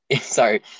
Sorry